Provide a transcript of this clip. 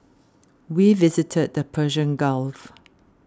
we visited the Persian Gulf